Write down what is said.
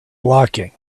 blocking